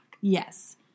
Yes